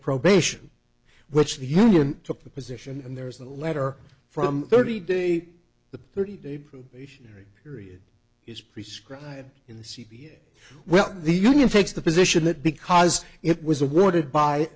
probation which the union took the position and there's a letter from thirty day the thirty day probationary period is prescribed in the c p a well the union takes the position that because it was awarded by